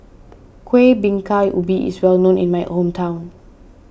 Kuih Bingka Ubi is well known in my hometown